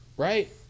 Right